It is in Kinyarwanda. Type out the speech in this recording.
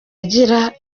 agira